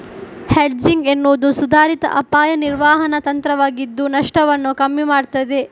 hedging ಎನ್ನುವುದು ಸುಧಾರಿತ ಅಪಾಯ ನಿರ್ವಹಣಾ ತಂತ್ರವಾಗಿದ್ದು ನಷ್ಟವನ್ನ ಕಮ್ಮಿ ಮಾಡ್ತದೆ